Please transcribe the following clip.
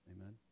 Amen